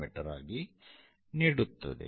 me ಆಗಿ ನೀಡುತ್ತದೆ